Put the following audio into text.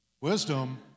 Wisdom